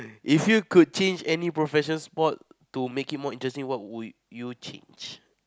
if you could change any professional sport to make it more interesting what would you change